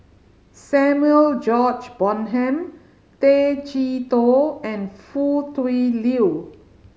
Samuel George Bonham Tay Chee Toh and Foo Tui Liew